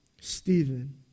Stephen